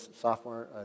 sophomore